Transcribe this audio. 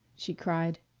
she cried.